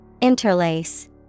Interlace